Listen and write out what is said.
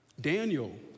Daniel